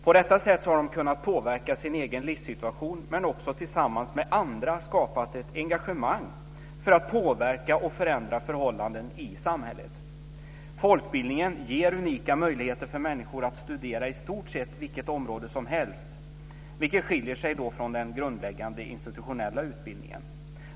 På detta sätt har de kunnat påverka sin egen livssituation men också tillsammans med andra skapat ett engagemang för att påverka och förändra förhållanden i samhället. Folkbildningen ger unika möjligheter för människor att studera på i stort sett vilket område som helst, vilket skiljer sig från den grundläggande institutionella utbildningen.